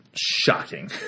Shocking